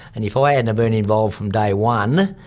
and if i hadn't been involved from day one,